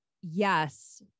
yes